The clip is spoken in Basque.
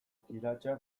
kiratsa